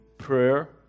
prayer